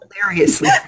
hilariously